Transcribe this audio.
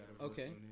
Okay